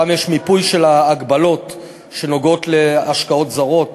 יש שם מיפוי של ההגבלות שנוגעות להשקעות זרות